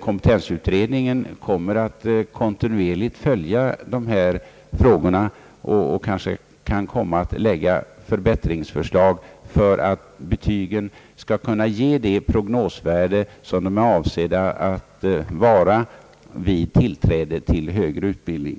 kompetensutredningen kommer att kontinuerligt följa dessa frågor och kanske kan komma att framlägga förbättringsförslag för att betygen skall kunna ge det prognosvärde, som de är avsedda att ha för de studerande vid tillträde till högre utbildning.